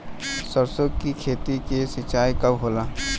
सरसों की खेती के सिंचाई कब होला?